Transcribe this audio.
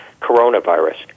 coronavirus